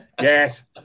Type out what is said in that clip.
Yes